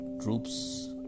troops